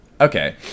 Okay